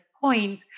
point